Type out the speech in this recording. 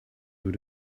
good